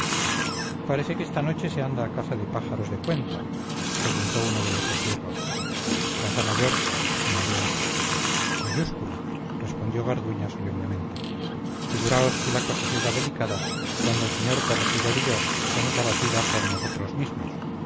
parece que esta noche se anda a caza de pájaros de cuenta preguntó uno de los esbirros caza mayor añadió otro mayúscula respondió garduña solemnemente figuraos si la cosa será delicada cuando el señor corregidor y yo hacemos la batida por nosotros mismos